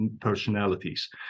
personalities